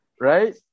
right